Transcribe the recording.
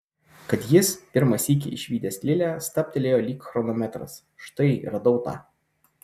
kad jis pirmą sykį išvydęs lilę stabtelėjo lyg chronometras štai radau tą